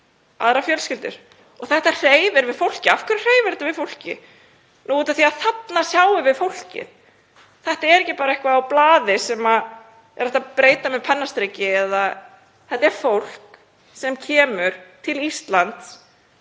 aðrar fjölskyldur. Þetta hreyfir við fólki. Af hverju hreyfir þetta við fólki? Nú, af því að þarna sjáum við fólkið. Þetta er ekki bara einhver tala á blaði sem er hægt að breyta með pennastriki. Þetta er fólk sem kemur til Íslands,